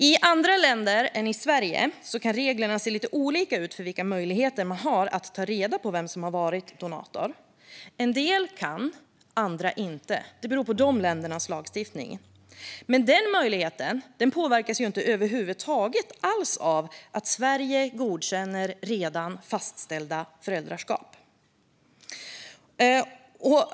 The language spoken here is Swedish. I andra länder än Sverige ser reglerna lite olika ut när det gäller vilka möjligheter man har att ta reda på vem som varit donator. En del kan, andra inte. Det beror på ländernas respektive lagstiftning. Men den möjligheten påverkas inte över huvud taget av att Sverige godkänner redan fastställda föräldraskap.